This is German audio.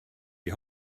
die